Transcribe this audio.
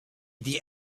the